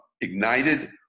ignited